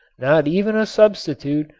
not even a substitute,